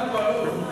חזק וברוך.